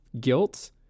guilt